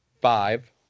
five